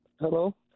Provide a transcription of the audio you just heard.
Hello